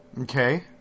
Okay